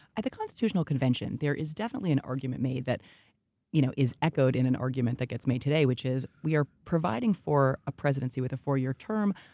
at the constitutional convention, there is definitely an argument made that you know is echoed in an argument that gets made today, which is we are providing for a presidency with a four-year term,